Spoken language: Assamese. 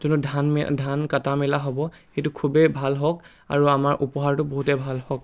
যোনটো ধান মে ধান কটা মেলা হ'ব সেইটো খুবেই ভাল হওক আৰু আমাৰ উপহাৰটো বহুতেই ভাল হওক